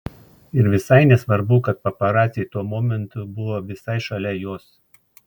ir visai nesvarbu kad paparaciai tuo momentu buvo visai šalia jos